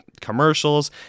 commercials